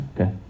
Okay